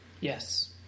Yes